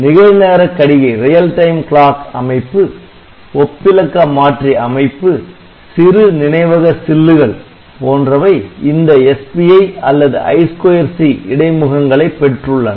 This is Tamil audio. நிகழ்நேர கடிகை அமைப்பு ஒப்பிலக்க மாற்றி அமைப்பு சிறு நினைவக சில்லுகள் போன்றவை இந்த SPI அல்லது I2C இடை முகங்களை பெற்று உள்ளன